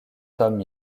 thom